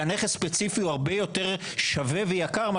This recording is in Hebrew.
ונכס ספציפי הוא הרבה יותר שווה ויקר,